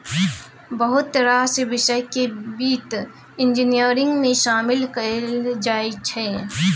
बहुत रास बिषय केँ बित्त इंजीनियरिंग मे शामिल कएल जाइ छै